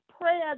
prayer